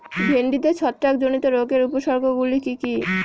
ভিন্ডিতে ছত্রাক জনিত রোগের উপসর্গ গুলি কি কী?